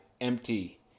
empty